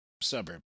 Suburb